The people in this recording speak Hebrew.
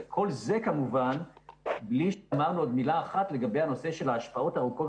וכל זה כמובן בלי שדיברנו עוד מילה אחת לגבי הנושא של ההשפעות ארוכות